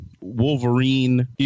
Wolverine